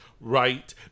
right